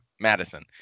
Madison